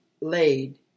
laid